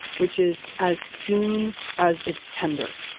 which is as soon as it's tender.